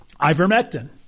ivermectin